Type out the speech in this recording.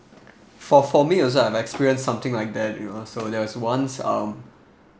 for for me also I've experienced something like that you know so there was once um